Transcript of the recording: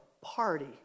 party